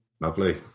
Lovely